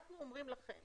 אנחנו אומרים לכם